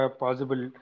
possible